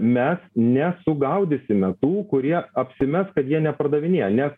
mes nesugaudysime tų kurie apsimes kad jie nepardavinėja nes